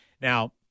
Now